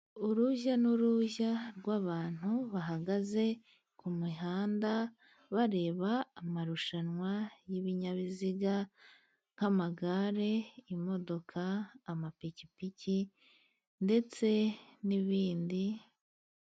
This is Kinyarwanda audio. Urujya n'uruza rw'abantu bahagaze ku mihanda bareba amarushanwa y'ibinyabiziga, nk'amagare, imodoka, amapikipiki ndetse n'ibindi.